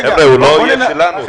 חבר'ה, הוא לא אויב שלנו.